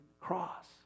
cross